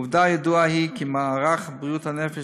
עובדה ידועה היא שמערך בריאות הנפש